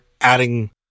adding